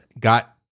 got